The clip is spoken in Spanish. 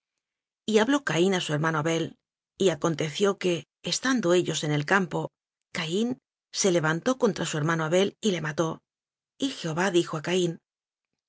habló caín a su hermano abel y aconteció que estando ellos en el campo caín se levantó contra su hermano abel y le mató y jehová dijo a caín